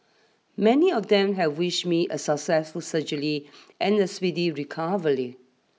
many of them have wish me a successful surgery and a speedy recovery